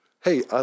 Hey